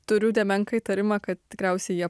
turiu nemenką įtarimą kad tikriausiai jie